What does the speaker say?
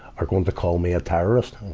are going to call me a terrorist.